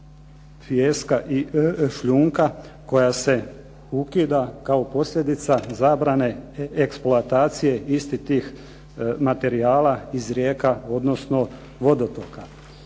pijeska i šljunka koja se ukida kao posljedica zabrane eksploatacije istih tih materijala iz rijeka, odnosno vodotoka.